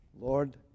Lord